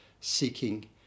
seeking